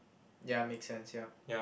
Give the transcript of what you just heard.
ya make sense ya